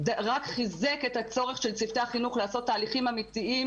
רק חיזק את הצורך של צוותי החינוך לעשות תהליכים אמיתיים,